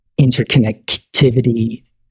interconnectivity